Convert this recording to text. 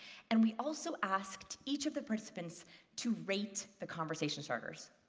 and we also asked each of the participants to rate the conversation starters.